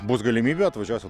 bus galimybė atvažiuosiu